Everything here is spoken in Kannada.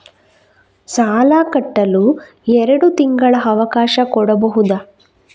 ಸಾಲ ಕಟ್ಟಲು ಎರಡು ತಿಂಗಳ ಅವಕಾಶ ಕೊಡಬಹುದಾ?